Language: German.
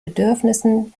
bedürfnissen